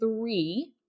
three